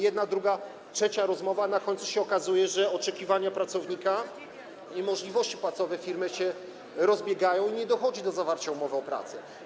Jedna, druga, trzecia rozmowa, a na końcu się okazuje, że oczekiwania pracownika i możliwości płacowe firmy się rozbiegają i nie dochodzi do zawarcia umowy o pracę.